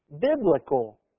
biblical